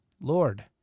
Lord